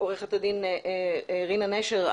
עורכת הדין רינה נשר,